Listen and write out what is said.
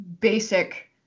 basic